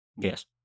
Yes